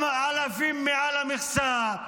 גם אלפים מעל המכסה,